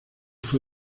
fue